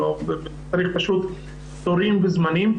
וצריך תורים וזמנים.